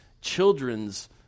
children's